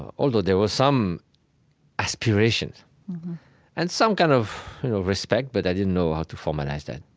although there were some aspirations and some kind of respect, but i didn't know how to formalize that.